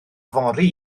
fory